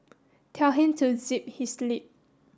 tell him to zip his lip